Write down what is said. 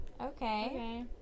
Okay